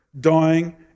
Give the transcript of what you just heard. dying